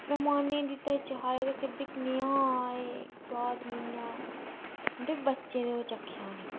मैह्माने गी दित्ता चहाए दे कदे कनेहा आए सुआद नी ऐ ते बच्चें ते ओह् चक्खेआ नी